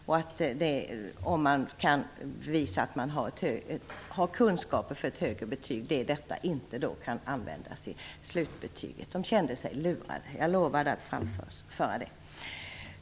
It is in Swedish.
Även om man kan bevisa att man har kunskaper för ett högre betyg, kan detta inte användas i slutbetyget. De kände sig lurade. Jag lovade att framföra det.